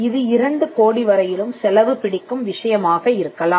இது இரண்டு கோடி வரையிலும் செலவு பிடிக்கும் விஷயமாக இருக்கலாம்